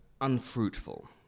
unfruitful